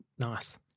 Nice